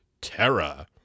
Terra